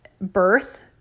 birth